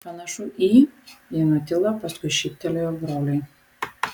panašu į ji nutilo paskui šyptelėjo broliui